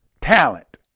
talent